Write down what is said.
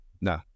no